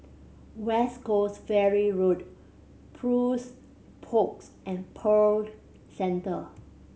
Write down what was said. West Coast Ferry Road Plush Pods and Pearl Centre